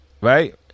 right